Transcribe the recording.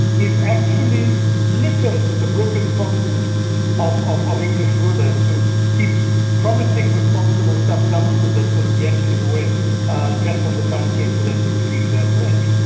is actually littered with the broken promises of of english rulers. who keep promising responsible self-government and then sort of yanking it away just when the time came for them to redeem their pledge.